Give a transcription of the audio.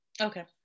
Okay